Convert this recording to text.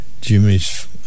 Jimmy's